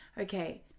okay